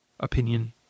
opinion